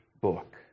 book